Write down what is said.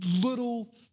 little